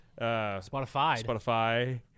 Spotify